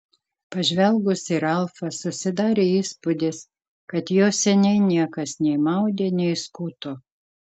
pažvelgus į ralfą susidarė įspūdis kad jo seniai niekas nei maudė nei skuto